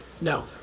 No